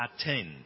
attend